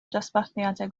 dosbarthiadau